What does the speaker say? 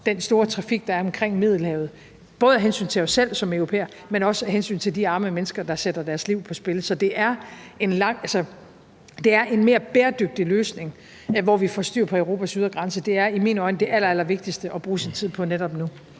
den store trafik, der er omkring Middelhavet – både af hensyn til os selv som europæere, men også af hensyn til de arme mennesker, der sætter deres liv på spil. Så en mere bæredygtig løsning, hvor vi får styr på Europas ydre grænse, er i mine øjne det allerallervigtigste at bruge sin tid på netop nu.